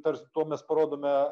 tars tuo mes parodome